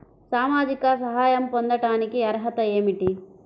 సామాజిక సహాయం పొందటానికి అర్హత ఏమిటి?